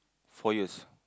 four years